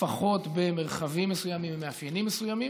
לפחות במרחבים מסוימים עם מאפיינים מסוימים.